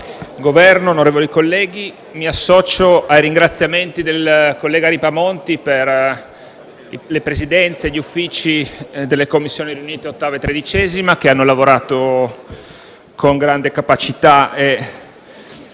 Go- verno, onorevoli colleghi, mi associo ai ringraziamenti del collega Ripamonti alle Presidenze e agli Uffici delle Commissioni riunite 8[a] e 13[a], che hanno lavorato con grande capacità,